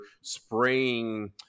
spraying